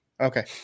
Okay